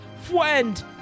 Friend